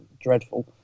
dreadful